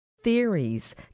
theories